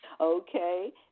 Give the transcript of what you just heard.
Okay